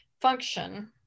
function